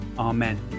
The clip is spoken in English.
Amen